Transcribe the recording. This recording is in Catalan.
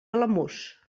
alamús